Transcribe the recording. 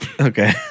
Okay